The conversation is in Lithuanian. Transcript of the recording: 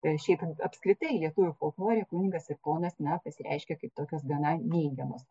šiap jau apskritai lietuvių folklore kunigas ir ponas na pasireiškia kaip tokios gana neigiamas